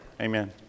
Amen